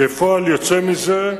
כפועל יוצא מזה,